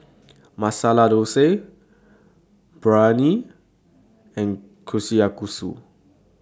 Masala Dosa Biryani and Kushikatsu